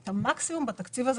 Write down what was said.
אנחנו עושים את המקסימום מהתקציב הזה.